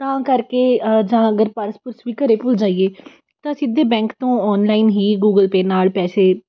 ਤਾਂ ਕਰਕੇ ਜਾਂ ਅਗਰ ਪਰਸ ਪੁਰਸ ਵੀ ਘਰ ਭੁੱਲ ਜਾਈਏ ਤਾਂ ਸਿੱਧੇ ਬੈਂਕ ਤੋਂ ਔਨਲਾਈਨ ਹੀ ਗੂਗਲ ਪੇ ਨਾਲ ਪੈਸੇ